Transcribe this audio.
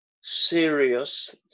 serious